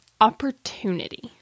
opportunity